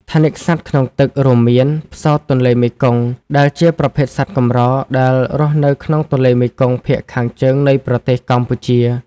ថនិកសត្វក្នុងទឹក រួមមាន ផ្សោតទន្លេមេគង្គ ដែលជាប្រភេទសត្វកម្រដែលរស់នៅក្នុងទន្លេមេគង្គភាគខាងជើងនៃប្រទេសកម្ពុជា។